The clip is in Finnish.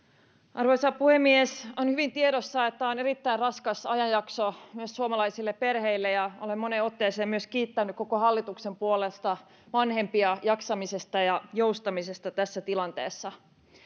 arvoisa puhemies on hyvin tiedossa että tämä on erittäin raskas ajanjakso myös suomalaisille perheille ja olen moneen otteeseen myös kiittänyt koko hallituksen puolesta vanhempia jaksamisesta ja joustamisesta tässä tilanteessa